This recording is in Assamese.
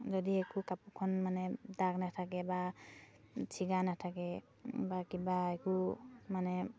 যদি একো কাপোৰখন মানে দাগ নাথাকে বা চিগা নাথাকে বা কিবা একো মানে